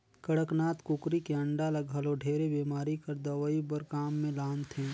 कड़कनाथ कुकरी के अंडा ल घलो ढेरे बेमारी कर दवई बर काम मे लानथे